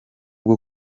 bwo